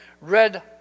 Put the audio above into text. red